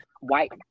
white